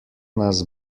nas